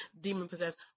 demon-possessed